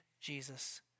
Jesus